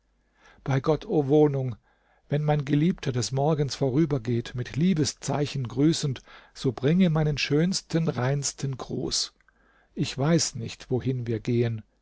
bei gott o wohnung wenn mein geliebter des morgens vorübergeht mit liebeszeichen grüßend so bringe meinen schönsten reinsten gruß ich weiß nicht wohin wir gehen